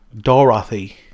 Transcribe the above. Dorothy